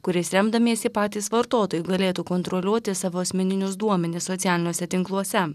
kuriais remdamiesi patys vartotojai galėtų kontroliuoti savo asmeninius duomenis socialiniuose tinkluose